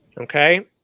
Okay